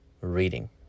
Reading